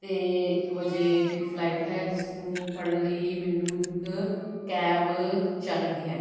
ਅਤੇ ਇੱਕ ਵਜੇ ਮੇਰੀ ਫਲਾਈਟ ਹੈ ਜਿਸ ਨੂੰ ਫੜਨ ਲਈ ਮੈਨੂੰ ਇੱਕ ਕੈਬ ਚਾਹੀਦੀ ਹੈ